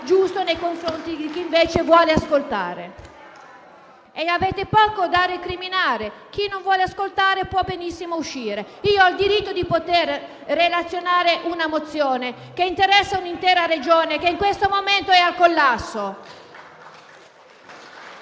giusto nei confronti di chi invece vuole ascoltare. *(Commenti)*. Avete poco da recriminare: chi non vuole ascoltare, può benissimo uscire. Ho il diritto di illustrare una mozione che interessa un'intera Regione che in questo momento è al collasso.